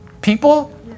people